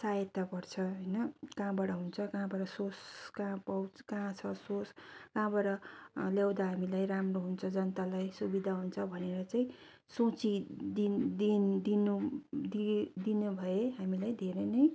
सहायता बढ्छ होइन कहाँबाट हुन्छ कहाँबाट सोर्स कहाँ पाउँ कहाँ छ सोर्स कहाँबाट ल्याउँदा हामीलाई राम्रो हुन्छ जनतालाई सुविधा हुन्छ भनेर चाहिँ सोची दिनुभए हामीलाई धेरै नै